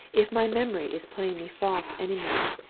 if my memory is playing me false anywhere,